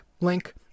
link